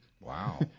Wow